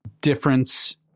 difference